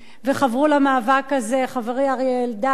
וחבְרוּ למאבק הזה חברי אריה אלדד,